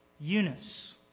Eunice